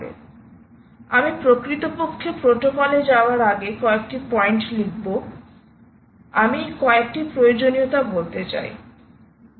সুতরাং আমি প্রকৃতপক্ষে প্রোটোকলে যাওয়ার আগেকয়েকটি পয়েন্ট লিখব আমি কয়েকটি প্রয়োজনীয়তা বলতে চাই